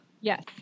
Yes